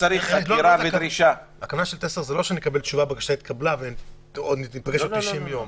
הכוונה של טסלר היא לא שנקבל תשובה שהבקשה נתקבלה וניפגש בעוד 90 יום.